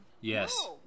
Yes